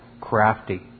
crafty